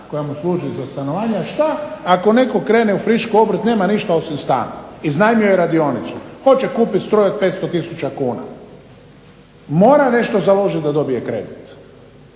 koja mu služi za stanovanje. A šta ako netko krene friško u obrt, nema ništa osim stana, iznajmljuje radionicu. Hoće kupit stroj od 500000 kuna. Mora nešto založit da dobije kredit.